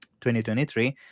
2023